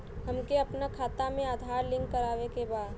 हमके अपना खाता में आधार लिंक करावे के बा?